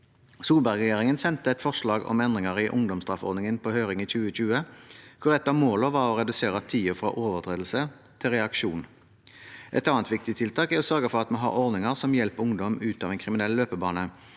Solberg-regjeringen sendte et forslag om endringer i ungdomsstraffordningen på høring i 2020, hvor et av målene var å redusere tiden fra overtredelse til reaksjon. Et annet viktig tiltak er å sørge for at vi har ordninger som hjelper ungdom ut av en kriminell løpebane.